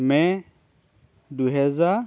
মে' দুহেজাৰ